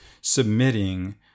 submitting